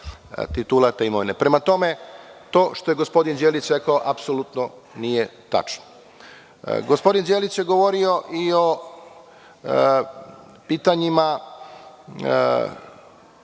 titular te imovine. Prema tome, to što je gospodin Đelić rekao, apsolutno nije tačno. Gospodin Đelić je govorio i o pitanjima